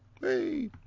Hey